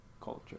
culture